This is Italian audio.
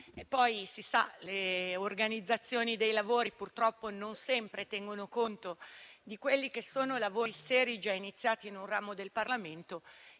Poi, si sa, l'organizzazione dei lavori purtroppo non sempre tiene conto di lavori seri già iniziati in un ramo del Parlamento